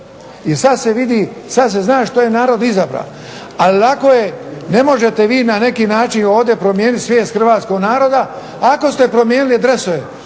sad se zna što je narod izabra. A lako je, ne možete vi na neki način ovdje promijeniti svijest hrvatskog naroda, ako ste promijenili dresove.